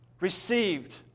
received